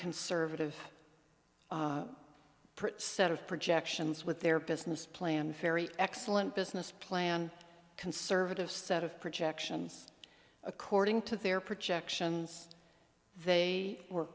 conservative set of projections with their business plan very excellent business plan conservative set of projections according to their